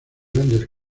grandes